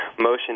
motion